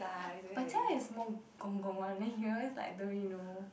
but jia-yu is more gong gong one then he always like don't really know